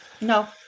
No